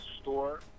store